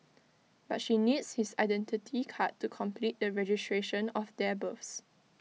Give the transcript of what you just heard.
but she needs his Identity Card to complete the registration of their births